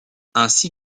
ainsi